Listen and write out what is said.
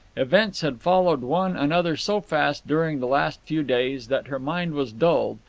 events had followed one another so fast during the last few days that her mind was dulled,